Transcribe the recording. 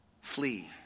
Flee